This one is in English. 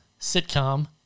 sitcom